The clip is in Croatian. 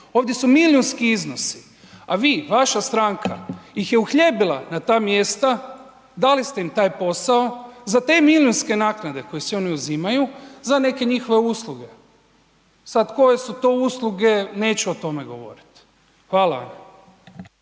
Ovdje su milijunski iznosi. A vi, vaša stranka ih je uhljebila na ta mjesta, dali ste im taj posao za te milijunske naknade koje si oni uzimaju za neke njihove usluge. Sad koje su to usluge, neću o tome govoriti, hvala